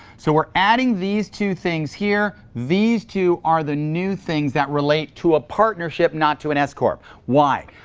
so we're adding these two things here. these two are the new things that relate to a partnership, not to an s corp. why?